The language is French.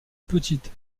petite